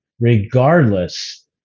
regardless